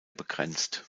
begrenzt